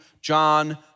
John